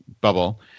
bubble